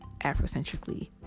afrocentrically